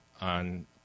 on